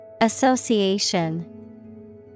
Association